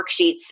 worksheets